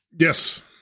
Yes